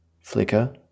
flicker